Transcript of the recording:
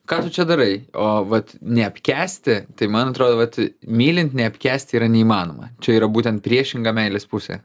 ką tu čia darai o vat neapkęsti tai man atrodo vat mylint neapkęsti yra neįmanoma čia yra būtent priešinga meilės pusė